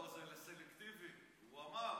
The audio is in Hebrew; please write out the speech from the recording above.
לא, זה סלקטיבי, הוא אמר.